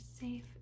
safe